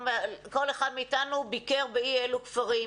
כל אחד מאיתנו ביקר באי-אילו כפרים.